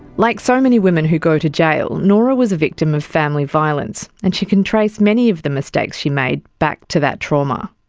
like so many women who go to jail, nora was a victim of family violence, and she can trace many of the mistakes she made back to that trauma.